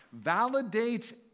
validates